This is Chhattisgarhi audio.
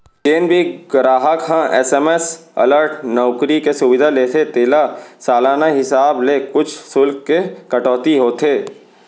जेन भी गराहक ह एस.एम.एस अलर्ट नउकरी के सुबिधा लेथे तेला सालाना हिसाब ले कुछ सुल्क के कटौती होथे